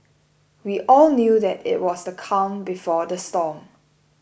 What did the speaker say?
we all knew that it was the calm before the storm